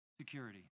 security